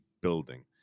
building